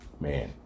man